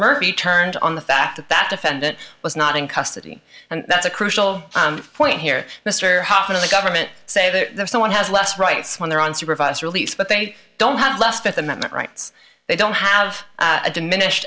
murphy turned on the fact that that defendant was not in custody and that's a crucial point here mr hoffa the government say there's someone has less rights when they're on supervised release but they don't have less fifth amendment rights they don't have a diminished